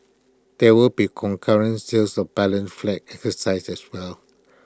there will be concurrent sales of balun flats exercise as well